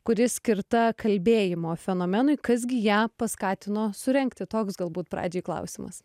kuri skirta kalbėjimo fenomenui kas gi ją paskatino surengti toks galbūt pradžiai klausimas